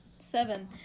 Seven